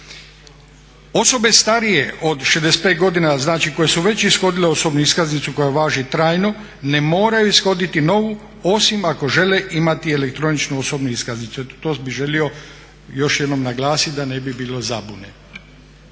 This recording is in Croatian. Osobe starije od 65 godina koje su već ishodile osobnu iskaznicu koja važi trajno ne moraju ishoditi novu osim ako žele imati elektroničku osobnu iskaznicu. To bi želio još jednom naglasiti da ne bi bilo zabune.